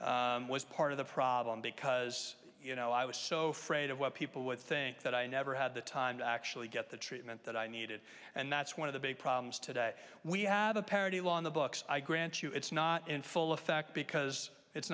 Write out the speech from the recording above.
question was part of the problem because you know i was so fraid of what people would think that i never had the time to actually get the treatment that i needed and that's one of the big problems today we have a parity law on the books i grant you it's not in full effect because it's